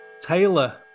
taylor